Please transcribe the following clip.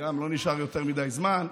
שגם לא נשאר יותר מדי זמן,